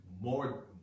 more